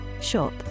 shop